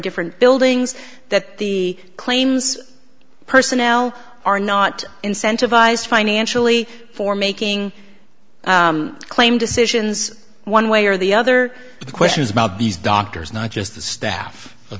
different buildings that the claims personnel are not incentivized financially for making a claim decisions one way or the other questions about these doctors not just the staff